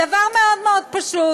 דבר מאוד מאוד פשוט.